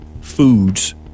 foods